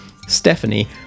Stephanie